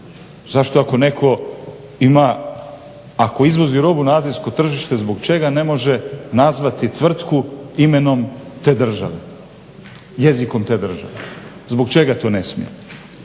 netko ima ako izvozi robu na azijsko tržište zbog čega ne može nazvati tvrtku imenom te države, jezikom te države? Zbog čega to ne smije?